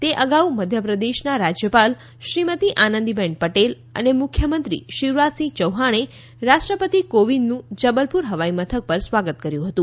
તે અગાઉ મધ્યપ્રદેશના રાજ્યપાલ શ્રીમતી આનંદીબેન પટેલ અને મુખ્યમંત્રી શિવરાજસિંહ ચૌહાણએ રાષ્ટ્રપતિ કોવિંદનું જબલપુર હવાઈ મથક પર સ્વાગત કર્યું હતું